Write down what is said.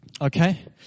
Okay